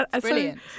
Brilliant